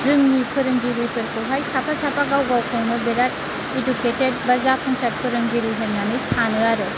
जोंनि फोरोंगिरिफोरखौहाय साफा साफा गाव गावखौनो बिराद इडुकेटेड बा जाफुंसार फोरोंगिरि होननानै सानो आरो